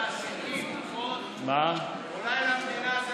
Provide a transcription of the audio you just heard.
העומס יהיה על המעסיקים, נכון?